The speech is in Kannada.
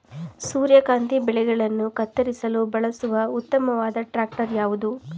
ಸೂರ್ಯಕಾಂತಿ ಬೆಳೆಗಳನ್ನು ಕತ್ತರಿಸಲು ಬಳಸುವ ಉತ್ತಮವಾದ ಟ್ರಾಕ್ಟರ್ ಯಾವುದು?